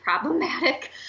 problematic